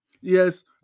Yes